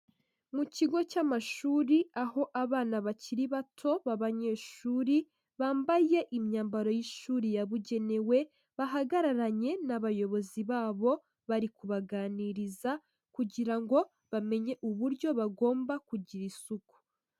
Mu kigo cy'amashuri aho abana bakiri bato b'abanyeshuri bambaye imyambaro y'ishuri yabugenewe bahagararanye n'abayobozi babo bari kubaganiriza kugira ngo bamenye uburyo bagomba kugira isuku.